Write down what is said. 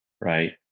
right